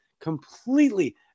completely